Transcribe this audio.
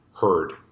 Heard